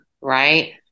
Right